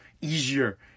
easier